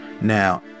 Now